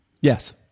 yes